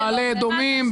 במעלה אדומים,